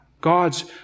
God's